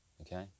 Okay